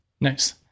Nice